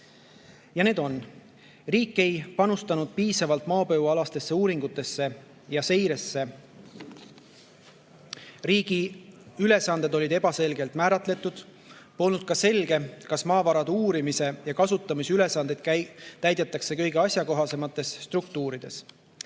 [esiteks,] riik ei panustanud piisavalt maapõuealastesse uuringutesse ja seiresse; [teiseks,] riigi ülesanded olid ebaselgelt määratletud, polnud ka selge, kas maavarade uurimise ja kasutamise ülesandeid täidetakse kõige asjakohasemates struktuurides;